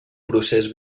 procés